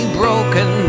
broken